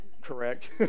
correct